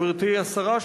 גברתי השרה,